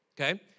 okay